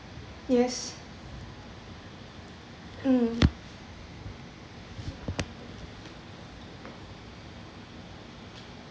yes mm